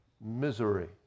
misery